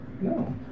No